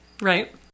right